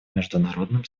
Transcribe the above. международным